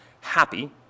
happy